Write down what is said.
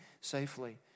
safely